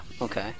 okay